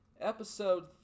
Episode